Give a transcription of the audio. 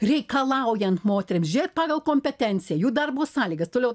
reikalaujant moterim žėt pagal kompetenciją jų darbo sąlygas toliau